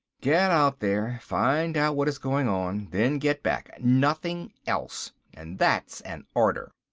get out there. find out what is going on. then get back. nothing else and that's an order.